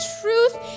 truth